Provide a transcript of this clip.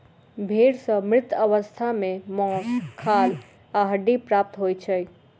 भेंड़ सॅ मृत अवस्था मे मौस, खाल आ हड्डी प्राप्त होइत छै